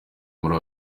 muri